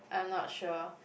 I'm not sure